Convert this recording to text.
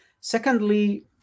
Secondly